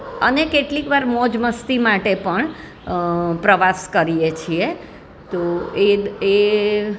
અને કેટલી વાર મોજમસ્તી માટે પણ પ્રવાસ કરીએ છીએ તો એ એ